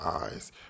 eyes